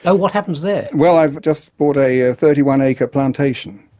ah what happens there? well, i've just bought a ah thirty one acre plantation,